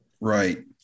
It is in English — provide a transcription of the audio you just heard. Right